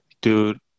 Dude